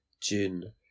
June